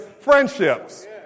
friendships